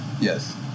Yes